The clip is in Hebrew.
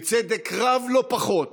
בצדק רב לא פחות